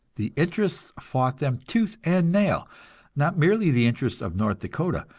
the interests fought them tooth and nail not merely the interests of north dakota,